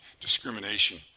discrimination